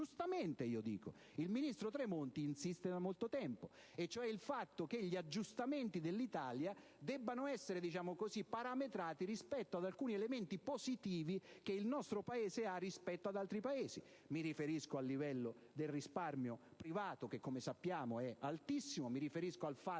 giustamente io dico, il ministro Tremonti insiste da molto tempo), e cioè il fatto che gli aggiustamenti dell'Italia debbano essere parametrati rispetto ad alcuni elementi positivi che il nostro Paese possiede a differenza di altri Paesi. Mi riferisco al livello del risparmio privato che, come sappiamo, è altissimo; mi riferisco al fatto